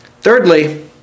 Thirdly